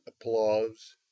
applause